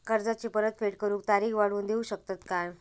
कर्जाची परत फेड करूक तारीख वाढवून देऊ शकतत काय?